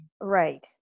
Right